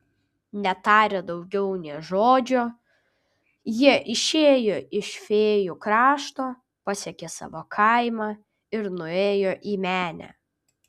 netarę daugiau nė žodžio jie išėjo iš fėjų krašto pasiekė savo kaimą ir nuėjo į menę